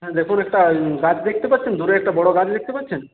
হ্যাঁ দেখুন একটা গাছ দেখতে পাচ্ছেন দূরে একটা বড় গাছ দেখতে পাচ্ছেন